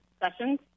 sessions